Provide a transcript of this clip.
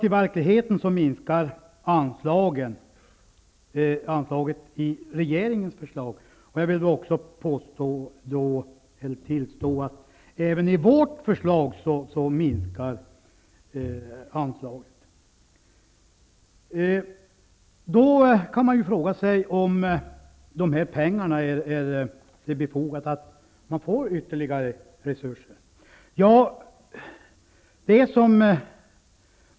I verkligheten minskar anslaget med regeringens förslag. Även med vårt förslag minskar anslaget. Då kan man fråga sig om det är befogat att de får ytterligare resurser.